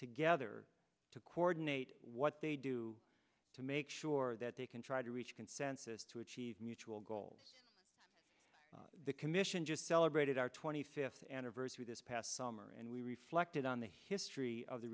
together to coordinate what they do to make sure that they can try to reach consensus to achieve mutual goals the commission just celebrated our twenty fifth anniversary this past summer and we reflected on the history of the